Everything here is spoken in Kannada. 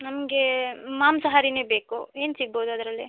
ನಮಗೆ ಮಾಂಸಾಹಾರಿನೇ ಬೇಕು ಏನು ಸಿಗ್ಬೋದು ಅದರಲ್ಲಿ